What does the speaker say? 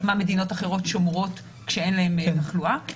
מה מדינות אחרות שומרות כשאין להן תחלואה.